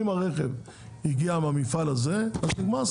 אם הרכב הגיע מהמפעל הזה, נגמר הסיפור.